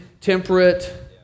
temperate